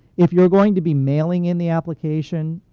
if you are going to be mailing in the application,